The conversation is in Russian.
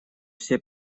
все